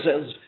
says